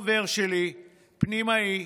חבר שלי, פנימאי,